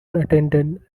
unattended